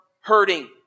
hurting